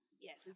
Yes